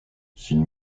s’il